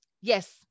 yes